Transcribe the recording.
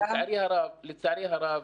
לצערי הרב,